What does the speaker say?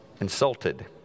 insulted